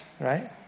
Right